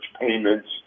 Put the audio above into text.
payments